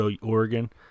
Oregon